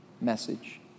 message